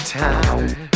time